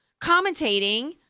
commentating